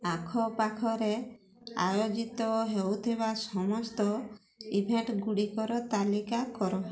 ଆଖପାଖରେ ଆୟୋଜିତ ହେଉଥିବା ସମସ୍ତ ଇଭେଣ୍ଟଗୁଡ଼ିକର ତାଲିକା କର